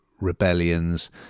rebellions